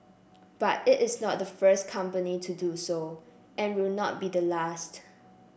but it is not the first company to do so and will not be the last